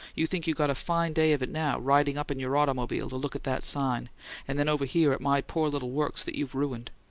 you think you got a fine day of it now, riding up in your automobile to look at that sign and then over here at my poor little works that you've ruined.